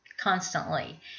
constantly